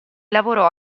lavorò